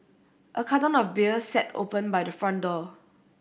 a carton of beer sat open by the front door